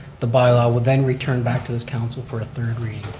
the bylaw will then return back to this council for a third reading.